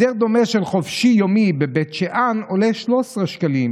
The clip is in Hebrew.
הסדר דומה של חופשי יומי בבית שאן עולה 13 שקלים"